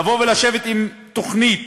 לבוא ולשבת עם תוכנית.